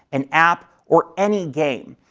an app, or any game.